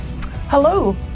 Hello